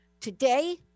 Today